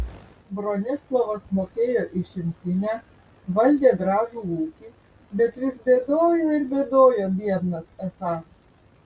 bronislovas mokėjo išimtinę valdė gražų ūkį bet vis bėdojo ir bėdojo biednas esąs